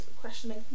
questioning